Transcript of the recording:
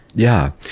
yeah,